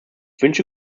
wünsche